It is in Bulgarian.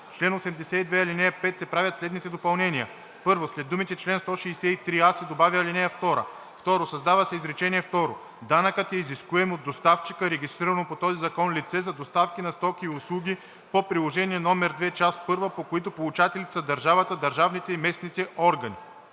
чл. 82, ал. 5 се правят следните допълнения: 1. След думите „чл. 163а“ се добавя „ал. 2“. 2. Създава се изречение второ: „Данъкът е изискуем от доставчика, регистрирано по този закон лице, за доставки на стоки и услуги по приложение № 2, част първа, по които получатели са държавата, държавните и местните органи.“